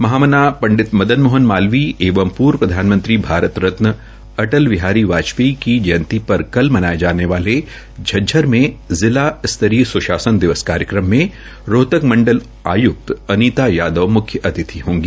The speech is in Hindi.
महामना पंडित मदन मोहन मालवीय एवं पूर्व प्रधानमंत्री भारत रतन अटल बिहारी वाजपेयी की जयती पर कल मनाये जाने वाले झज्जर में जिला स्तरीय सुशासन दिवस कार्यक्रम में रोहतक मंडल आय्क्त अनिता यादव मुख्य अतिथि होंगी